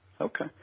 Okay